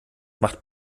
macht